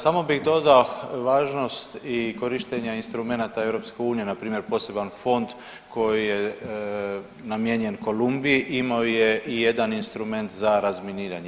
Samo bih dodao važnost i korištenja instrumenata EU npr. poseban fond koji je namijenjen Kolumbiji imao je i jedan instrument za razminiranje.